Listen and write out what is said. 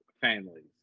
families